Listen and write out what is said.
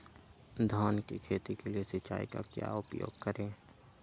धान की खेती के लिए सिंचाई का क्या उपयोग करें?